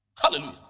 Hallelujah